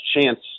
chance